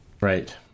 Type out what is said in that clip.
right